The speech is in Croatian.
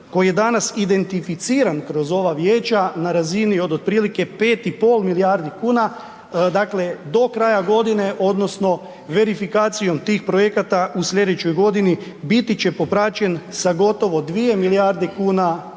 koji je danas identificiran kroz ova vijeća na razini od otprilike 5,5 milijardi kuna dakle do kraja godine odnosno verifikacijom tih projekata u slijedećoj godini biti će popraćen sa gotovo 2 milijarde kuna